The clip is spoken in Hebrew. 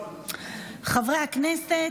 חברי הכנסת,